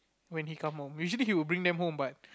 when he come home usually he will bring them home but